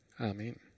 Amen